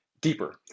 deeper